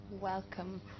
Welcome